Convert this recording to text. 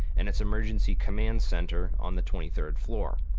and its emergency command center on the twenty third floor.